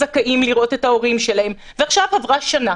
מותרת לכל ישראלי.